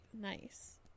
nice